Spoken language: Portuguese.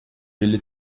ele